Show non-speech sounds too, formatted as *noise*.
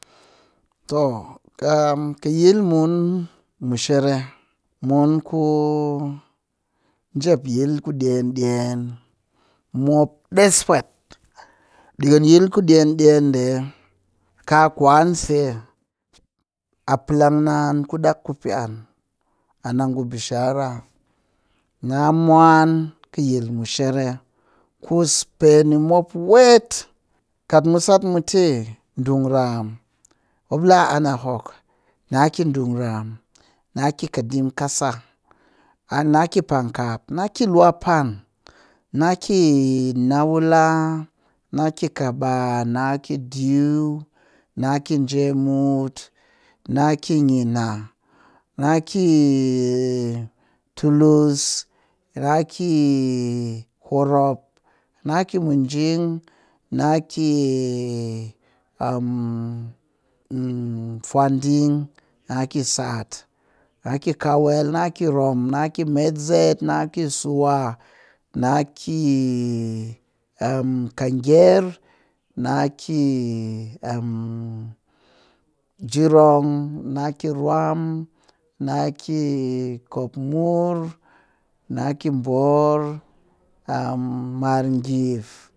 Too am kɨ yilmun mushere munku njep yil ku dyeen dyeen mop ɗes pwet ɗikɨn yil ku dyeen dyeen ɗe kaa kwan se *noise* a palang naan ku ɗak ku pee ann, an a ngu bishara na mwan kɨ yil mushere kuss peni mop wet kat mu sat mutɨ ɗungram, mop laa ann a hok na ki ɗungram, na ki kadim kasa na ki pangkap, na ki luwapan, na ki nawula, na kaban, na ki diu, na ki njemut, na ki nina na kii tulus, na kii horop, na ki minjing na kii *hesitation* fwanɗing, na ki sat, na ki kawel, na rom, metzet, na ki suwa, na ki *hesitation* kanger, na ki *hesitation* jirong, na ki rwam na ki kopmur na ki mbor na ki *hesitation* margif